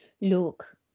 look